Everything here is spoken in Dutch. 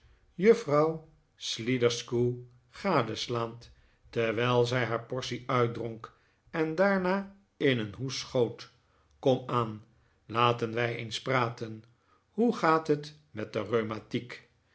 juffrouw sliderskew gadeslaand terwijl zij haar portie uitdronk en daarna in een hoest schoot komaan r laten wij eens praten hoe gaat het met de